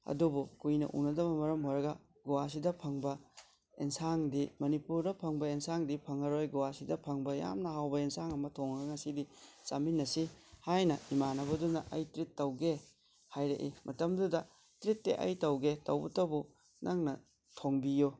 ꯑꯗꯨꯕꯨ ꯀꯨꯏꯅ ꯎꯅꯗꯕ ꯃꯔꯝ ꯑꯣꯏꯔꯒ ꯒꯣꯋꯥꯁꯤꯗ ꯐꯪꯕ ꯌꯦꯟꯁꯥꯡꯗꯤ ꯃꯅꯤꯄꯨꯔꯗ ꯐꯪꯕ ꯌꯦꯟꯁꯥꯡꯗꯤ ꯐꯪꯉꯔꯣꯏ ꯒꯣꯋꯥꯁꯤꯗ ꯐꯪꯕ ꯌꯥꯝꯅ ꯍꯥꯎꯕ ꯌꯦꯟꯁꯥꯡ ꯑꯃ ꯊꯣꯡꯉꯒ ꯉꯁꯤꯗꯤ ꯆꯥꯃꯤꯟꯅꯁꯤ ꯍꯥꯏꯅ ꯏꯃꯥꯟꯅꯕꯗꯨꯅ ꯑꯩ ꯇ꯭ꯔꯤꯠ ꯇꯧꯒꯦ ꯍꯥꯏꯔꯛꯏ ꯃꯇꯝꯗꯨꯗ ꯇ꯭ꯔꯤꯠꯇꯤ ꯑꯩ ꯇꯧꯒꯦ ꯇꯧꯕꯇꯕꯨ ꯅꯪꯅ ꯊꯣꯡꯕꯤꯌꯨ